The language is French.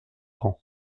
ans